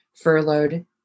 furloughed